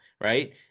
right